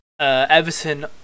Everton